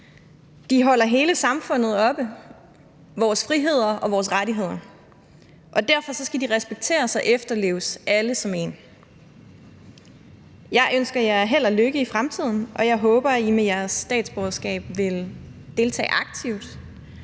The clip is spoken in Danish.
de holder hele samfundet oppe, vores friheder og vores rettigheder, og derfor skal de respekteres og efterleves alle som en. Jeg ønsker jer held og lykke i fremtiden, og jeg håber, at I med jeres statsborgerskab vil deltage aktivt